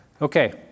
Okay